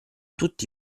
tutti